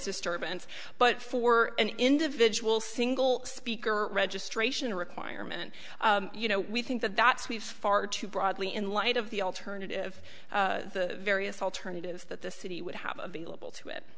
disturbance but for an individual single speaker registration requirement you know we think that that's we've far too broadly in light of the alternative the various alternatives that the city would have available to it